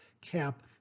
cap